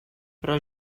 però